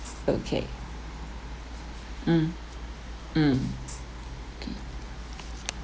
okay mm mm okay